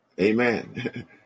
Amen